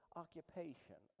occupation